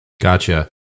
Gotcha